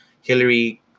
Hillary